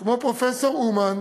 כמו פרופסור אומן.